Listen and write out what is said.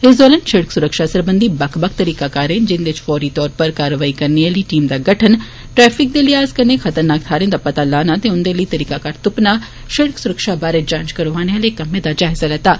इस दौरान शिड़क सुरक्षा सरबंधी बक्ख बक्ख तरीकाकारें जिन्दे इच फौरी तौर उप्पर कार्यवाई करने आली टीमें दा गंठन टैफिक दे लिहाज़ कन्नै खतरनाक थ्हारें दा पता लाना ते उन्दे लेई तरीकाकार तुप्पना शिड़क सुरक्षा बारै जांच करोआने आले कम्मै दा जायजा लैत्ता